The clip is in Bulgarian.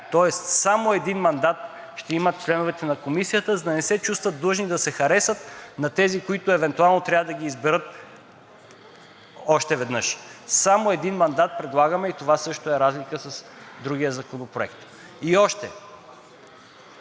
Тоест членовете на Комисията ще имат само един мандат, за да не се чувстват длъжни да се харесат на тези, които евентуално трябва да ги изберат още веднъж. Само един мандат предлагаме и това също е разлика с другия законопроект.